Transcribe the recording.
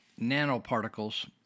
nanoparticles